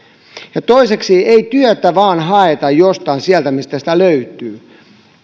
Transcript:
toiseksi ei työtä vain haeta jostain sieltä mistä sitä löytyy